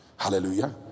Hallelujah